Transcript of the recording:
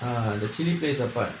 ah the chili plays a part